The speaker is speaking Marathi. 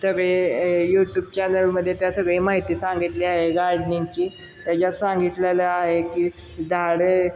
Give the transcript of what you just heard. सगळे ए यूट्यूब चॅनलमध्ये त्या सगळे माहिती सांगितली आहे गार्डनिंगची याच्यात सांगितलेलं आहे की झाडं